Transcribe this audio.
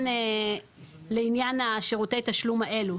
לעניין שירותי התשלום האלו.